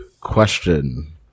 Question